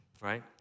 right